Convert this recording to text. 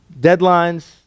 Deadlines